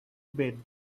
bed